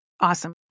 Awesome